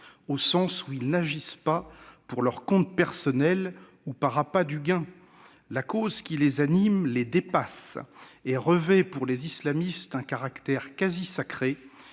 au sens où elles n'agissent pas pour leur compte personnel ou par appât du gain ? La cause qui les anime les dépasse et revêt pour les islamistes un caractère quasi sacré